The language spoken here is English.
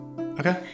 Okay